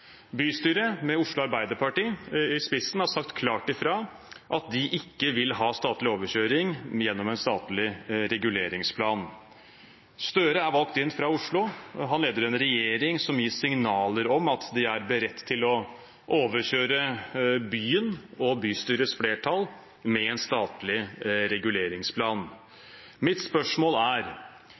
Bystyret, med Oslo Arbeiderparti i spissen, har sagt klart ifra om at de ikke vil ha statlig overkjøring gjennom en statlig reguleringsplan. Støre er valgt inn fra Oslo. Han leder en regjering som gir signaler om at de er beredt til å overkjøre byen og bystyrets flertall med en statlig reguleringsplan. Mitt spørsmål er: